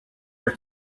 her